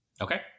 Okay